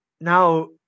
now